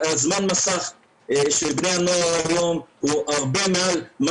זמן המסך של בני הנוער היום הוא הרבה מעל מה